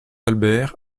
albert